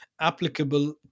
applicable